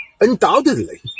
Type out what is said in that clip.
undoubtedly